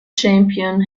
champion